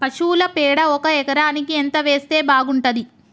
పశువుల పేడ ఒక ఎకరానికి ఎంత వేస్తే బాగుంటది?